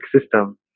system